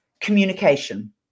communication